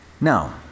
Now